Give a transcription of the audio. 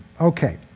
Okay